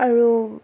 আৰু